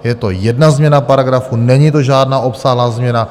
Je to jedna změna paragrafu, není to žádná obsáhlá změna.